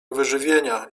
wyżywienia